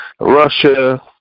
Russia